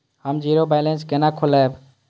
हम zero balance केना खोलैब?